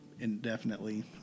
Indefinitely